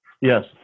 yes